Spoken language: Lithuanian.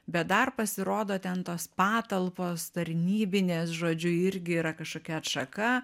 bet dar pasirodo ten tos patalpos tarnybinės žodžiu irgi yra kažkokia atšaka